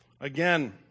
again